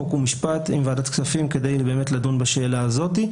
חוק ומשפט עם ועדת הכספים באמת כדי לדון בשאלה הזאת.